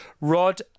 Rod